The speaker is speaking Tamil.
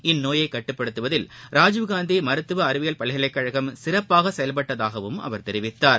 இந்நோயைகட்டுப்படுத்துவதில் ராஜீவ் காந்திமருத்துவஅறிவியல் பல்கலைக்கழகம் சிறப்பாகசெயல்பட்டதாகவும் அவர் தெரிவித்தார்